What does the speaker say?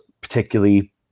particularly